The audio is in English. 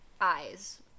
eyes